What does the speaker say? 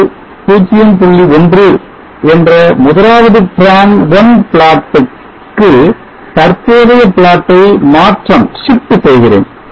1 என்ற முதலாவது Tran one plot க்க தற்போதைய plot ஐ மாற்றம் செய்கிறேன்